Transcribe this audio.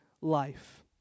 life